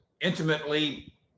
intimately